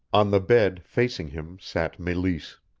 on the bed, facing him, sat meleese.